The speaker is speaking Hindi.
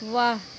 वाह